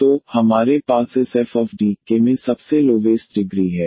तो हमारे पास इस FDके में सबसे लोवेस्ट डिग्री है